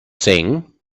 sing